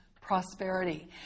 Prosperity